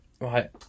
right